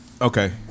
Okay